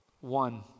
one